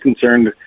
concerned